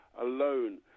alone